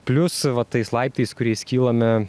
plius va tais laiptais kuriais kylame